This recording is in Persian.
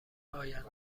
آینده